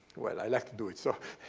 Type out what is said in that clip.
well, i like to do it. so